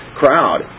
crowd